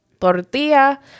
tortilla